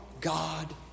God